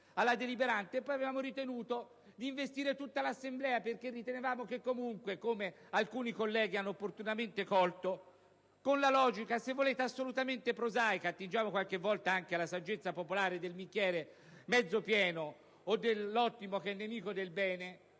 sede deliberante; poi abbiamo ritenuto di investire tutta l'Assemblea perché ritenevamo che comunque, come i colleghi hanno opportunamente colto, con la logica, se volete, assolutamente prosaica - attingiamo qualche volta alla saggezza popolare - del bicchiere mezzo pieno o dell'ottimo che è nemico del bene